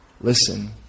Listen